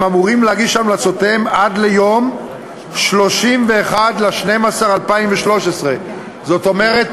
והוא אמור להגיש המלצותיו עד ליום 31 בדצמבר 2013. זאת אומרת,